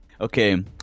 Okay